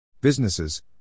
Businesses